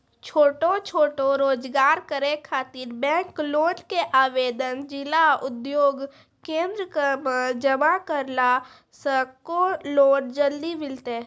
छोटो छोटो रोजगार करै ख़ातिर बैंक लोन के आवेदन जिला उद्योग केन्द्रऽक मे जमा करला से लोन जल्दी मिलतै?